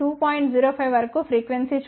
05 వరకు ఫ్రీక్వెన్సీ చూద్దాం